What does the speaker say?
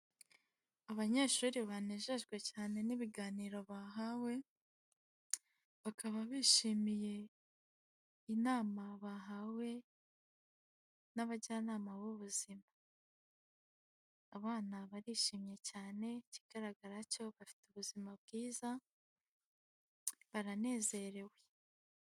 Abanyeshuri banejejwe cyane n'ibiganiro bahawe bakaba bishimiye inama bahawe n'abajyanama b'ubuzima abana barishimye cyane ikigaragara bafite ubuzima bwiza baranezerewe .